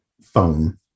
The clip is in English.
phone